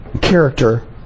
character